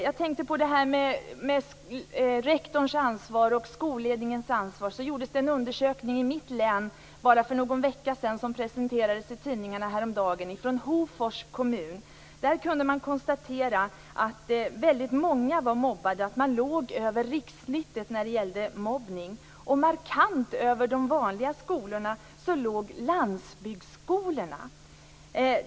Jag tänkte på rektorns och skolledningens ansvar. Det gjordes en undersökning i mitt län för bara någon vecka sedan, i Hofors kommun, och den presenterades i tidningarna häromdagen. Där kunde man konstatera att väldigt många var mobbade. Man låg över rikssnittet när det gällde mobbning. Markant över de vanliga skolorna låg landsbygdsskolorna.